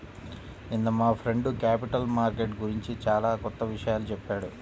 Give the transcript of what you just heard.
నిన్న మా friend capital market గురించి చానా కొత్త విషయాలు చెప్పాడు